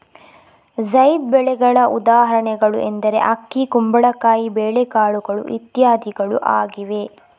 ಝೈದ್ ಬೆಳೆಗಳ ಉದಾಹರಣೆಗಳು ಎಂದರೆ ಅಕ್ಕಿ, ಕುಂಬಳಕಾಯಿ, ಬೇಳೆಕಾಳುಗಳು ಇತ್ಯಾದಿಗಳು ಆಗಿವೆ